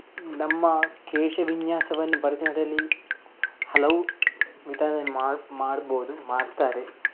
ನಮ್ಮ ಕೇಶವಿನ್ಯಾಸವನ್ನು ಭರತನಾಟ್ಯದಲ್ಲಿ ಹಲವು ವಿಧಾನದಲ್ಲಿ ಮಾಡಿ ಮಾಡ್ಬೋದು ಮಾಡ್ತಾರೆ